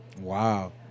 Wow